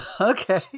Okay